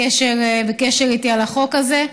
עד היום הוא בקשר איתי על החוק הזה,